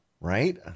Right